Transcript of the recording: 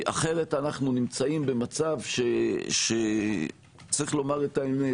אחרת אנחנו נמצאים במצב שצריך לומר את האמת